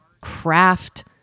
craft